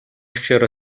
щиро